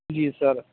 جی سر